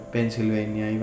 Pennsylvania